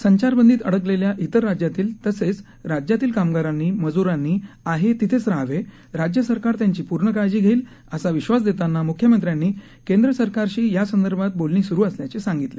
संचारबंदीत अडकलेल्या इतर राज्यातील तसेच राज्यातील कामगारांनी मजुरांनी आहे तिथेच राहावे राज्य सरकार त्यांची पूर्ण काळजी घेईल असा विश्वास देतांना मुख्यमंत्र्यांनी केंद्र सरकारशी यासंदर्भात बोलणी स्रु असल्याचे सांगितले